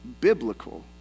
biblical